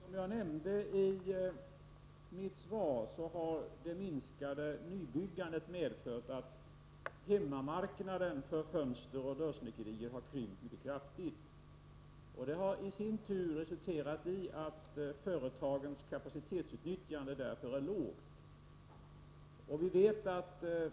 Herr talman! Som jag nämnde i mitt svar har minskningen av nybyggandet medfört att hemmamarknaden för fönsteroch dörrsnickerier har krympt mycket kraftigt. Detta har i sin tur resulterat i att företagens kapacitetsutnyttjande är lågt.